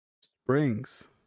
springs